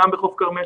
גם בחוף כרמל,